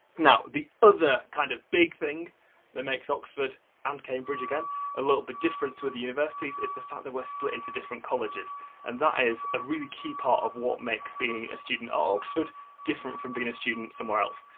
now, the other kind of big thing that makes oxford and cambridge again a little bit different to other universities is the fact that we're split into different colleges and that is a really key part of what makes being a student oxford different from being a student somewhere else.